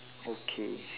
okay